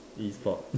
E sports